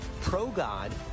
pro-God